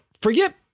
forget